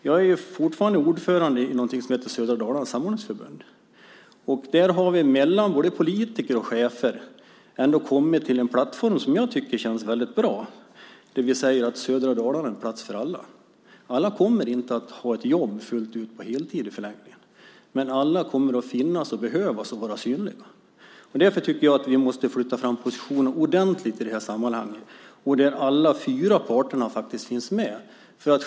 Jag är fortfarande ordförande i något som heter Södra Dalarnas Samordningsförbund. Där har vi mellan politiker och chefer kommit till en plattform som jag tycker känns bra, nämligen att södra Dalarna är en plats för alla. Alla kommer inte att ha ett jobb på heltid, men alla kommer att finnas, behövas och vara synliga. Jag tycker att vi måste flytta fram positionerna ordentligt i de här sammanhangen. Där måste alla fyra parterna finnas med.